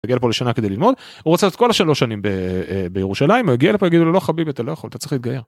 מגיע לפה לשנה כדי ללמוד הוא רוצה את כל השלוש שנים בירושלים הגיע לפה יגידו לו לא חביבי אתה לא יכול אתה צריך להתגייר.